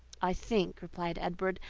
i think, replied edward,